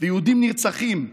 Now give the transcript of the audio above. יהודים נרצחים,